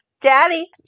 Daddy